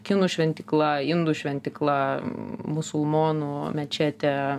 kinų šventykla indų šventykla musulmonų mečetė